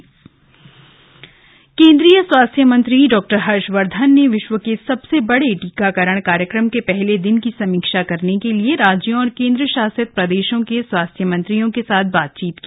टीकाकरण कार्यक्रम समीक्षा केन्द्रीय स्वास्थ्य मंत्री डॉक्टर हर्षवर्धन ने विश्व के सबसे बड़े टीकाकरण कार्यक्रम के पहले दिन की समीक्षा करने के लिए राज्यों और केंद्र शासित प्रदेशों के स्वास्थ्य मंत्रियों के साथ बातचीत की